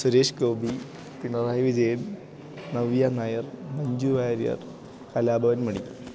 Suresh Gopi Pinarayi Vijayan Navya Nair Manju Warrier Kalabhavan മണി